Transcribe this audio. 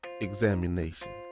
examination